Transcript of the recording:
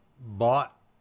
bought